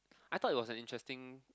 I thought it was an interesting